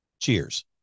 Cheers